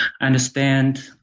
understand